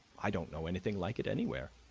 i don't know anything like it anywhere.